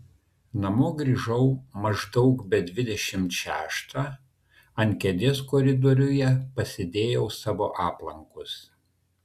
namo grįžau maždaug be dvidešimt šeštą ant kėdės koridoriuje pasidėjau savo aplankus